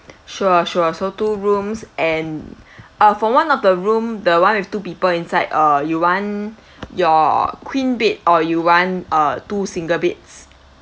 sure sure so two rooms and uh for one of the room the one with two people inside err you want your queen bed or you want err two single beds